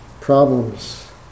problems